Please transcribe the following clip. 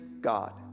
God